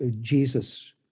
Jesus